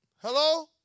Hello